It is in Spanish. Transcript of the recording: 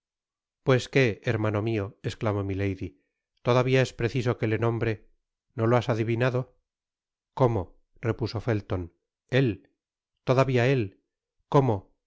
pues qué hermano mio esclamó milady todavia es preciso que le nombre no lo has adivinado cómo repuso felton él todavia él cómo